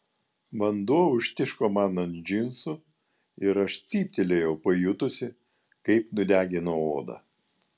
vanduo užtiško man ant džinsų ir aš cyptelėjau pajutusi kaip nudegino odą